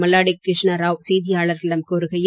மல்லாடி கிருஷ்ணா ராவ் செய்தியாளர்களிடம் கூறுகையில்